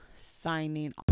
signing